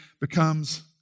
becomes